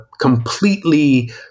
completely